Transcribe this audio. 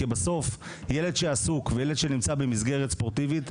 כי בסוף ילד עסוק שנמצא במסגרת ספורטיבית,